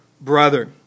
brother